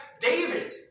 David